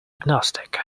agnostic